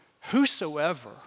Whosoever